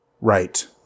Right